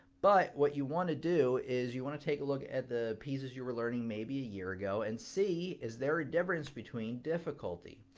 but what you want to do is you want to take a look at the pieces you were learning maybe a year ago and see is there a difference between difficulty.